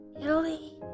Italy